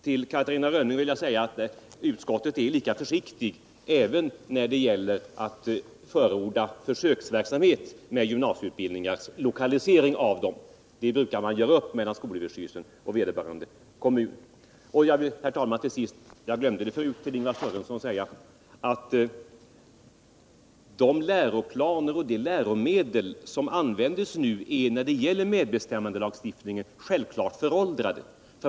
Till Catarina Rönnung vill jag säga att utskottet är försiktigt när det gäller att förorda lokalisering av försöksverksamhet med gymnasieutbildningar. Sådant brukar göras upp mellan skolöverstyrelsen och vederbörande kommun. Jag glömde säga till Lars-Ingvar Sörenson förut att de läroplaner och de läromedel som används när det gäller medbestämmandelagstiftningen självklart är föråldrade.